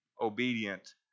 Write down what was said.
obedient